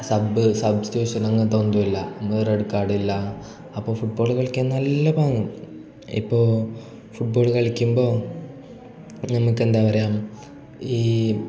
sub sub station അങ്ങനത്തെ ഒന്നുമില്ല നമുക്ക് റെഡ് കാർഡില്ല അപ്പം ഫുട്ബോൾ കളിക്കാൻ നല്ല പാങ്ങ് ഇപ്പോൾ ഫുട്ബോൾ കളിക്കുമ്പം നമുക്കെന്താ പറയുക ഈ